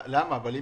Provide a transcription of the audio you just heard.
למה זה קורה?